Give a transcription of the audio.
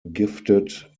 gifted